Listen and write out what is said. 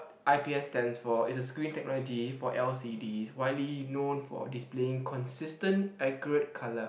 I_P_S stands for it's a screen technology for L_C_D widely know for displaying consistent accurate colour